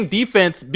defense